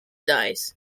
dies